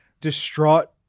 distraught